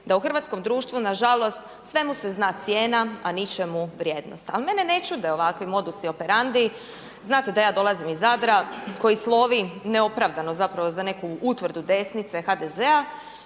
da u hrvatskom društvu nažalost svemu se zna cijena, a ničemu vrijednost. Ali mene ne čude ovakvi modus operandi, znate da ja dolazim iz Zadra koji slovi neopravdano zapravo za neku utvrdu desnice HDZ-a,